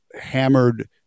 hammered